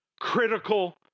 critical